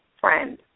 friend